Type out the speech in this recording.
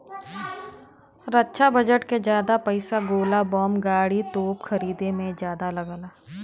रक्षा budget के जादा पइसा गोला बम गाड़ी, तोप खरीदे में जादा लगला